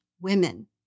women